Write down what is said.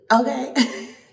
okay